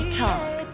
talk